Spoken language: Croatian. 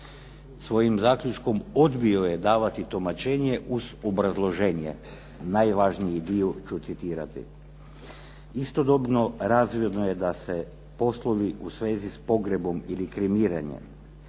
Svojim zaključkom odbio je davati tumačenje uz obrazloženje, najvažniji dio ću citirati. “Istodobno razvidno je da se poslovi u svezi s pogrebom ili kremiranjem